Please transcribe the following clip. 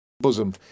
bosom